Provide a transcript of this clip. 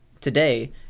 today